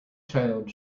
child